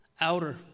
outer